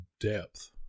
depth